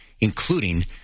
including